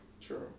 True